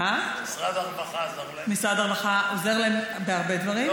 משרד הרווחה עוזר להם בהרבה דברים.